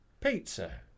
pizza